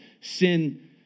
sin